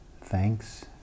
thanks